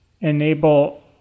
enable